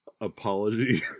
apology